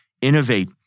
innovate